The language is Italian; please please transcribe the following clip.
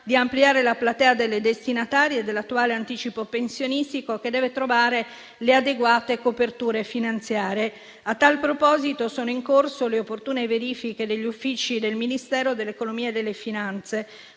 di ampliare la platea delle destinatarie dell'attuale anticipo pensionistico, che deve trovare le adeguate coperture finanziarie. A tal proposito, sono in corso le opportune verifiche degli uffici del Ministero dell'economia e delle finanze.